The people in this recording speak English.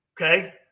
Okay